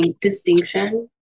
distinction